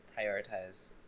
prioritize